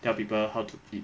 tell people how to eat